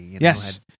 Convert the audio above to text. Yes